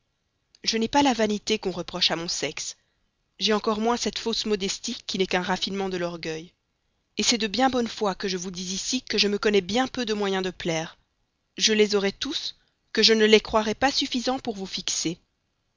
je n'ai pas la vanité qu'on reproche à mon sexe j'ai encore moins cette fausse modestie qui n'est qu'un raffinement de l'orgueil c'est de bien bonne foi que je vous dis ici que je me connais bien peu de moyens de plaire je les aurais tous que je ne les croirais pas suffisants pour vous fixer